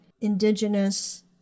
indigenous